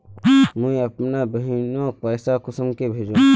मुई अपना बहिनोक पैसा कुंसम के भेजुम?